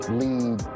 lead